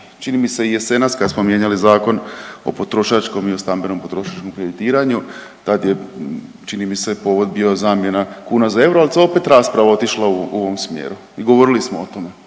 čini mi se i jesenas kad smo mijenjali Zakon o potrošačkom i o stambenom potrošačkom kreditiranju, tad je čini mi se povod bio zamjena kuna za euro, al je opet rasprava otišla u ovom smjeru i govorila smo o tome